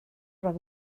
rhag